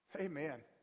Amen